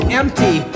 empty